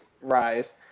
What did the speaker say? rise